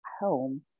home